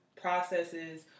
processes